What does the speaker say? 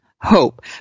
hope